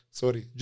sorry